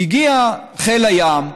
הגיע חיל הים ואמר: